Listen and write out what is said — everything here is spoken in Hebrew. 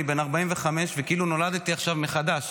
אני בן 45 וכאילו נולדתי עכשיו מחדש,